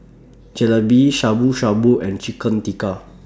Jalebi Shabu Shabu and Chicken Tikka